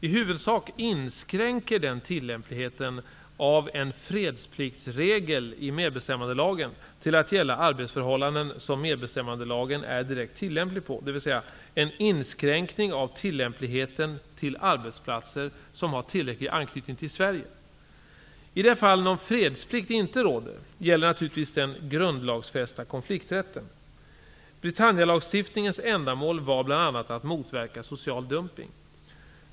I huvudsak inskränker den tillämpligheten av en fredspliktsregel i medbestämmandelagen till att gälla arbetsförhållanden som medbestämmandelagen är direkt tillämplig på, dvs. en inskränkning av tillämpligheten till arbetsplatser som har tillräcklig anknytning till Sverige. I det fall någon fredsplikt inte råder gäller naturligtvis den grundlagsfästa konflikträtten. Britannialagstiftningens ändamål var bl.a. att motverka social dumpning.